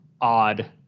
odd